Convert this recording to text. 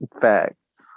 facts